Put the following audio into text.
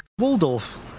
Waldorf